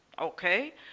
Okay